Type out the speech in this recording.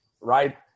right